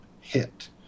hit